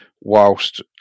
whilst